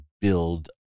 build